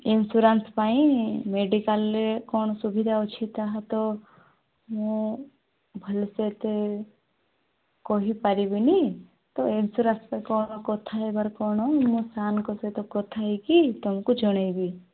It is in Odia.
ଇନ୍ସୁରାନ୍ସ୍ ପାଇଁ ମେଡ଼ିକାଲ୍ରେ କ'ଣ ସୁବିଧା ଅଛି ତାହା ତ ମୁଁ ଭଲରେ ଏତେ କହିପାରିବିନି ତ ଇନ୍ସୁରାନ୍ସ୍ରେ କ'ଣ କଥା ହେବାର କ'ଣ ମୁଁ ସାର୍ଙ୍କ ସହିତ କଥା ହେଇକି ତୁମକୁ ଜଣାଇବି